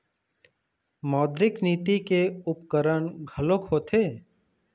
मौद्रिक नीति के उपकरन घलोक होथे